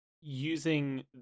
Using